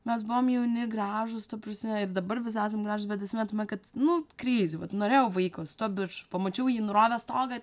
mes buvom jauni gražūs ta prasme ir dabar visi esam gražūs bet esmė tame kad nu kreizi vat norėjau vaiko su tuo biču pamačiau jį nurovė stogą